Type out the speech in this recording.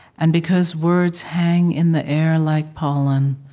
and because words hang in the air like pollen,